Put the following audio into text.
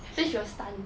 then she will stun